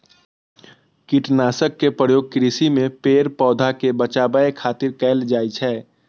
कीटनाशक के प्रयोग कृषि मे पेड़, पौधा कें बचाबै खातिर कैल जाइ छै